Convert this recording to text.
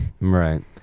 Right